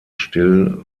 still